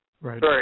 Right